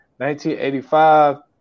1985